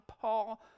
Paul